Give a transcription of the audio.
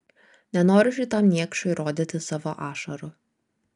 nenoriu šitam niekšui rodyti savo ašarų